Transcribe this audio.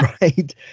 Right